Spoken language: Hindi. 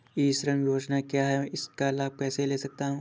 ई श्रम योजना क्या है मैं इसका लाभ कैसे ले सकता हूँ?